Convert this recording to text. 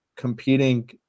competing